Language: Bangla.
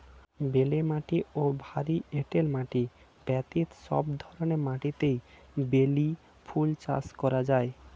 বেলে মাটি ও ভারী এঁটেল মাটি ব্যতীত সব ধরনের মাটিতেই বেলি ফুল চাষ করা যায়